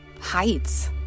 heights